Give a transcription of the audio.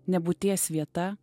nebūties vieta